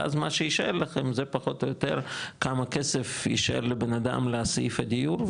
ואז מה שיישאר לכם זה פחות או יותר כמה כסף יישאר לבן אדם לסעיף הדיור,